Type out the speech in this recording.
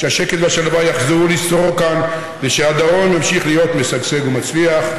שהשקט והשלווה יחזרו לשרור כאן ושהדרום ימשיך להיות משגשג ומצליח.